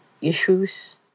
issues